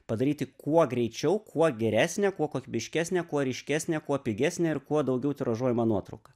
padaryti kuo greičiau kuo geresnę kuo kokybiškesnę kuo ryškesnę kuo pigesnę ir kuo daugiau tiražuojamą nuotrauką